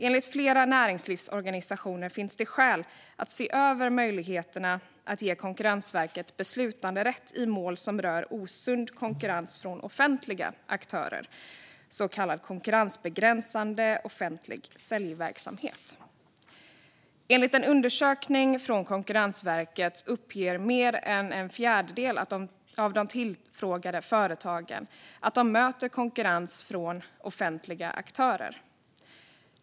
Enligt flera näringslivsorganisationer finns det skäl att se över möjligheterna att ge Konkurrensverket beslutanderätt i mål som rör osund konkurrens från offentliga aktörer, så kallad konkurrensbegränsande offentlig säljverksamhet. Enligt en undersökning från Konkurrensverket uppger mer än en fjärdedel av de tillfrågade företagen att de möter konkurrens från offentliga aktörer.